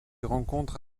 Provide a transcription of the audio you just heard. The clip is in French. rencontre